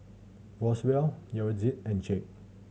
Roswell Yaretzi and Jake